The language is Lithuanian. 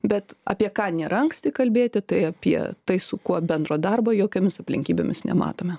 bet apie ką nėra anksti kalbėti tai apie tai su kuo bendro darbo jokiomis aplinkybėmis nematome